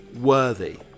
worthy